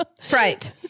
Fright